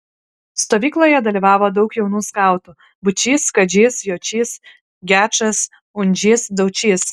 stovykloje dalyvavo daug jaunų skautų būčys kadžys jočys gečas undžys daučys